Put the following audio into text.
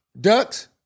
Ducks